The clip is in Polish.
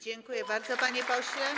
Dziękuję bardzo, panie pośle.